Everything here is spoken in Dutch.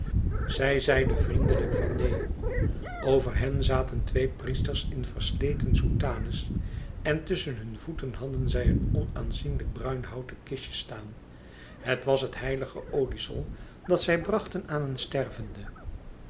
zij zeide vriendelijk van neen over hen zaten twee priesters in versleten soutane en tusschen hun voeten hadden zij een onaanzienlijk bruin houten kistje staan het was het heilige oliesel dat zij brachten aan een stervende